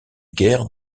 guerre